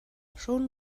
schon